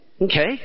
Okay